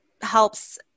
helps